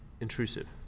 intrusive